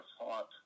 thought